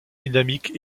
dynamique